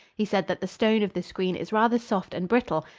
he said that the stone of the screen is rather soft and brittle,